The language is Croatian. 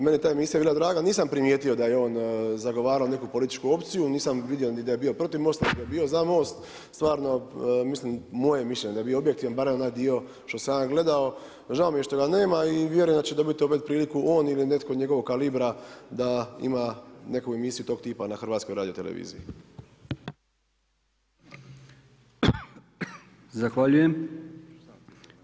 Meni je ta emisija bila draga, nisam primijetio da je on zagovarao neku političku opciju, nisam vidio ni da je bio protiv MOST-a niti da je bio za MOST, stvarno mislim, moje mišljenje da je bio objektivan, barem onaj dio što sam ja gledao, žao mi je što ga nema i vjerujem daće dobiti opet politiku on ili netko njegovog kalibra da ima neku emisiju tog tipa na HRT-u.